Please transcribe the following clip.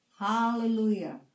Hallelujah